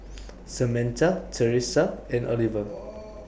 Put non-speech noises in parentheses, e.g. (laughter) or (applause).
(noise) Samantha Thresa and Oliver (noise)